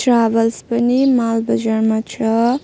travels पनि मालबजारमा छ